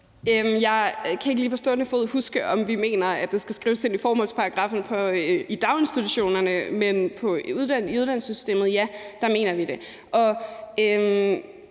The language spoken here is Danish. Jeg kan ikke lige på stående fod huske, om vi mener, at det skal skrives ind i formålsparagraffen for daginstitutionerne, men i forhold til uddannelsessystemet mener vi det,